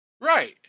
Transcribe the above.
Right